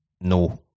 No